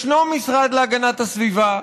ישנו המשרד להגנת הסביבה,